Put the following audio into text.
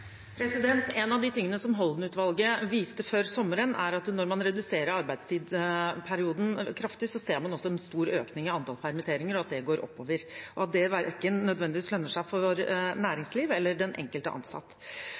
En av de tingene Holden-utvalget viste til før sommeren, er at når man reduserer arbeidstidsperioden kraftig, ser man også en stor økning i antall permitteringer, at det går oppover, og at det ikke nødvendigvis lønner seg verken for